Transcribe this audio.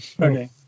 Okay